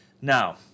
Now